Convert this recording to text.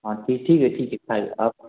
हाँ फिर ठीक है ठीक है पायल आपको